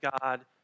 God